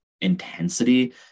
intensity